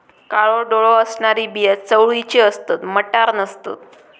काळो डोळो असणारी बिया चवळीची असतत, मटार नसतत